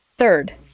Third